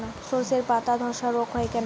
শর্ষের পাতাধসা রোগ হয় কেন?